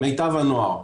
מיטב הנוער.